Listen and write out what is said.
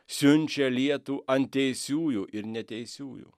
siunčia lietų ant teisiųjų ir neteisiųjų